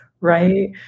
right